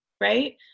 right